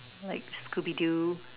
like scooby doo